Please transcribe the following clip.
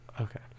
Okay